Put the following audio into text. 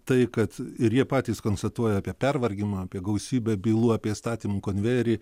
tai kad ir jie patys konstatuoja apie pervargimą apie gausybę bylų apie įstatymų konvejerį